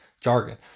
jargon